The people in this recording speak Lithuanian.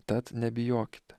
tad nebijokit